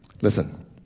listen